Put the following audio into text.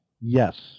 Yes